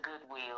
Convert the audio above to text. Goodwill